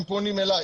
הם פונים אלי.